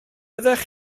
fyddech